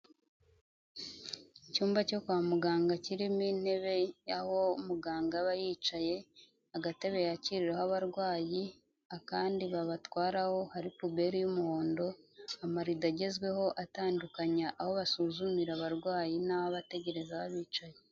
Icyumba cyo kwa muganga kirimo intebe yaho muganga aba yicaye, agatebe yakiriraho abarwayi, akandi babatwaraho hari puberi y'umuhondo, amarido agezweho atandukanya aho basuzumira abarwayi n'aho abategereza baba bicaye.